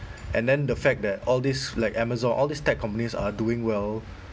and then the fact that all these like amazon all these tech companies are doing well